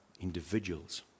individuals